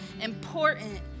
important